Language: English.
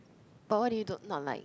but what do you don't not like